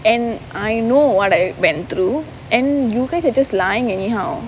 and I know what I went through and you guys are just lying anyhow